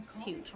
Huge